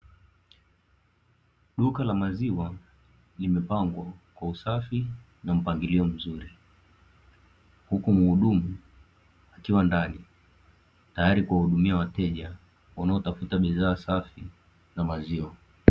Duka la maziwa limepangwa kwa usafi na mpangilio mzuri, huku mhudumu akiwa ndani, tayari kuwahudumia wateja wanaotafuta bidhaa safi na maziwa.